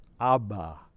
Abba